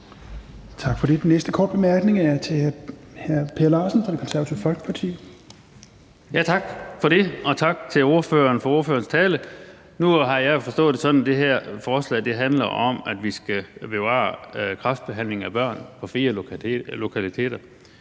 Tak for det. Den næste korte bemærkning er fra hr. Per Larsen, Det Konservative Folkeparti. Kl. 16:35 Per Larsen (KF): Tak for det, og tak til ordføreren for ordførertalen. Nu har jeg jo forstået det sådan, at det her forslag handler om, at vi skal bevare kræftbehandlingen af børn på flere lokaliteter,